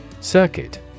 Circuit